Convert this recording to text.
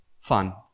fun